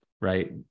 right